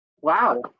Wow